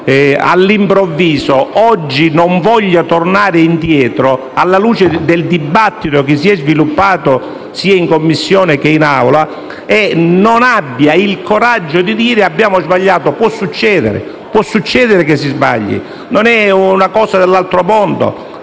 all'improvviso, oggi non voglia tornare indietro, alla luce del dibattito che si è sviluppato sia in Commissione che in Assemblea e che non abbia il coraggio di dire: «Abbiamo sbagliato». Può succedere che si sbagli: non è una cosa dell'altro mondo.